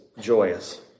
joyous